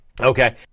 Okay